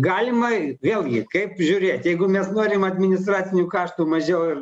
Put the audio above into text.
galimai vėlgi kaip žiūrėt jeigu mes norim administracinių kaštų mažiau ir